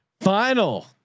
Final